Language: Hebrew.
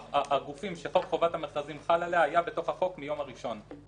הגופים שחוק חובת המכרזים חל עליהם היו בתוך החוק מהיום הראשון.